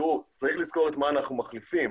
תראו, צריך לזכור את מה אנחנו מחליפים.